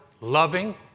loving